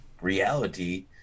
reality